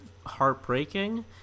heartbreaking